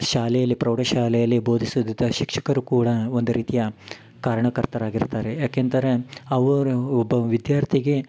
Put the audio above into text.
ಶಾಲೆಯಲ್ಲಿ ಪ್ರೌಢಶಾಲೆಯಲ್ಲಿ ಬೋಧಿಸುತಿದ್ದ ಶಿಕ್ಷಕರು ಕೂಡ ಒಂದು ರೀತಿಯ ಕಾರಣಕರ್ತರಾಗಿರ್ತಾರೆ ಯಾಕೆಂದರೆ ಅವರು ಒಬ್ಬ ವಿದ್ಯಾರ್ಥಿಗೆ